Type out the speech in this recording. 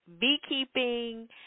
beekeeping